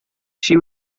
she